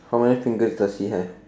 how many fingers does he has